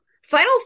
Final